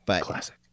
Classic